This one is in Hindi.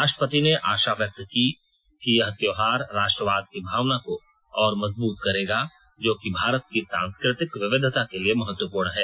राष्ट्रपति ने आशा व्यक्त की कि यह त्योहार राष्ट्रवाद की भावना को और मजबूत करेगा जो कि भारत की सांस्कृतिक विविधता के लिए महत्वपूर्ण है